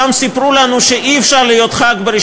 פעם סיפרו לנו שאי-אפשר להיות חבר כנסת